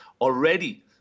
already